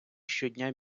щодня